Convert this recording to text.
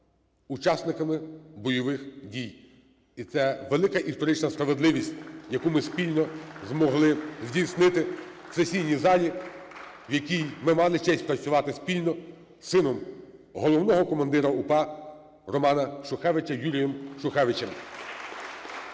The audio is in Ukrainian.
учасниками бойових дій. І це велика історична справедливість, яку ми спільно змогли здійснити в сесійній залі, в якій ми мали честь працювати спільно з сином головного командира УПА Романа Шухевича - Юрієм Шухевичем.